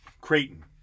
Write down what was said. Creighton